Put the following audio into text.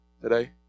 today